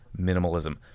minimalism